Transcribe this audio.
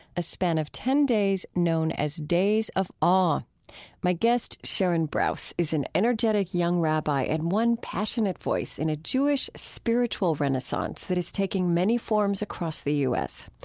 a span of ten days known as days of awe my guest, sharon brous, is an energetic young rabbi and one passionate voice in a jewish spiritual renaissance that is taking many forms across the u s.